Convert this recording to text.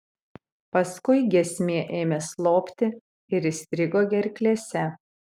paskui giesmė ėmė slopti ir įstrigo gerklėse